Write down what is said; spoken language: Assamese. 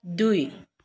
দুই